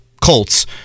Colts